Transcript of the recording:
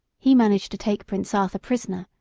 he managed to take prince arthur prisoner,